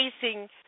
facing